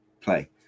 play